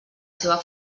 seva